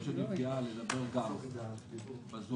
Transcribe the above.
שנפגעה לדבר בזום?